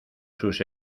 sus